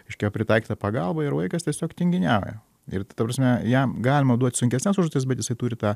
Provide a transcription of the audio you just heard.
reiškia pritaikyta pagalba ir vaikas tiesiog tinginiauja ir ta ta prasme jam galima duoti sunkesnes užduotis bet jisai turi tą